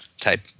type